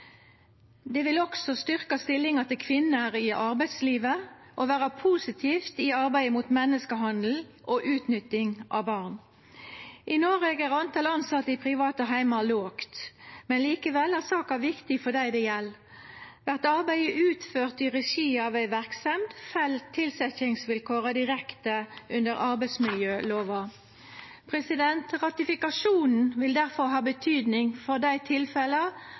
Det vil også styrkja stillinga til kvinner i arbeidslivet og vera positivt i arbeidet mot menneskehandel og utnytting av barn. I Noreg er talet på tilsette i private heimar lågt, men likevel er saka viktig for dei det gjeld. Vert arbeidet utført i regi av ei verksemd, fell tilsetjingsvilkåra direkte inn under arbeidsmiljølova. Ratifikasjonen vil difor ha betydning for dei tilfella